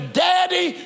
daddy